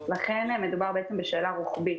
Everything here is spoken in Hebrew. לכן מדובר בשאלה רוחבית.